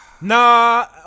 Nah